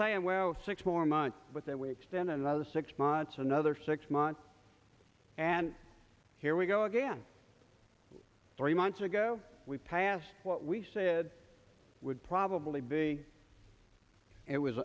saying well six more months but that way it's been another six months another six and here we go again three months ago we passed what we said would probably be it was